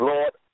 Lord